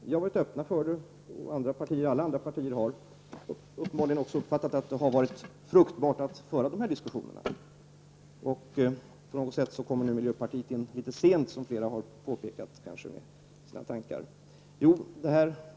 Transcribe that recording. Vi har varit öppna för det, och alla andra partier har uppenbarligen också uppfattat det som fruktbart att föra dessa diskussioner. Miljöpartiet kommer nu, som flera har påpekat, in litet sent i detta arbete.